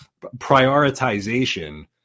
prioritization